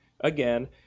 again